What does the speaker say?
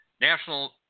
national